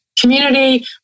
community